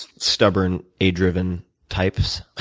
stubborn, a driven types,